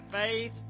faith